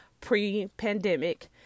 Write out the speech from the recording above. pre-pandemic